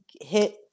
hit